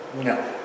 no